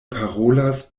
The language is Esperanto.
parolas